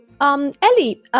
Ellie